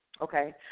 okay